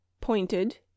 pointed